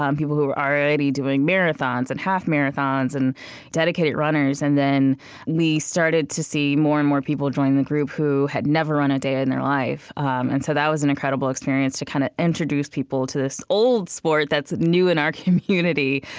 um people who were already doing marathons and half-marathons, and dedicated runners. and then we started to see more and more people join the group who had never run a day in their life. and so that was an incredible experience, to kind of introduce people to this old sport that's new in our community.